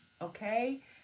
okay